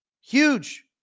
Huge